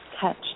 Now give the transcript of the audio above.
catch